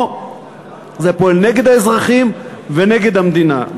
פה זה פועל נגד האזרחים ונגד המדינה.